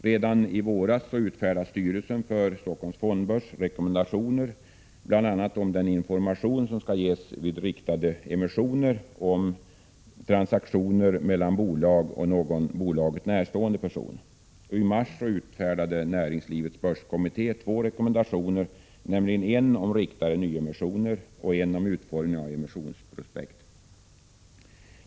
Redan i våras utfärdade styrelsen för Stockholms fondbörs rekommendationer bl.a. om den information som skall ges vid riktade emissioner och om transaktioner mellan bolag och någon bolaget närstående person. I mars utfärdade näringslivets börskommitté två rekommendationer, en om riktade nyemissioner och en om utformningen av emissionsprospekt.